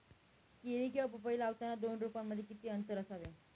केळी किंवा पपई लावताना दोन रोपांमध्ये किती अंतर असावे?